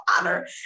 honor